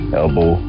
elbow